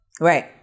right